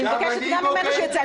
אני מבקשת גם ממנו שייצא,